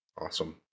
Awesome